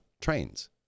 Trains